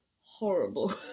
horrible